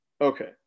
Okay